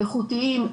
האיכותיים,